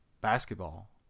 Basketball